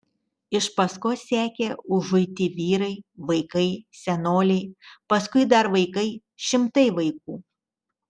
iš paskos sekė užuiti vyrai vaikai senoliai paskui dar vaikai šimtai vaikų